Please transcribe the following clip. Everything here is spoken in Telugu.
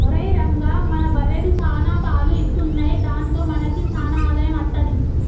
ఒరేయ్ రంగా మన బర్రెలు సాన పాలు ఇత్తున్నయ్ దాంతో మనకి సాన ఆదాయం అత్తది